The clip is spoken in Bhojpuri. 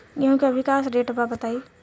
गेहूं के अभी का रेट बा बताई?